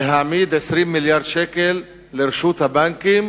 היתה להעמיד 20 מיליארד שקל לרשות הבנקים,